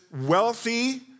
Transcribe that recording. wealthy